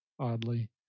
oddly